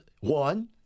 one